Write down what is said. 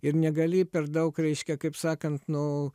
ir negali per daug reiškia kaip sakant nu